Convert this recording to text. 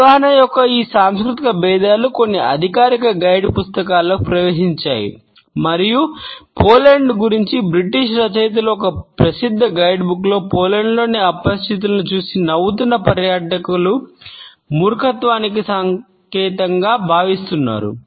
అవగాహన యొక్క ఈ సాంస్కృతిక భేదాలు కొన్ని అధికారిక గైడ్ రచయితలు ఒక ప్రసిద్ధ గైడ్బుక్లో పోలాండ్లోని అపరిచితులని చూసి నవ్వుతున్న పర్యాటకులను మూర్ఖత్వానికి సంకేతంగా భావిస్తున్నారు